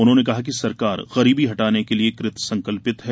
उन्होंने कहा कि सरकार गरीबी हटाने के लिये कृत संकल्पित है